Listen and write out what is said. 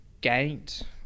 gained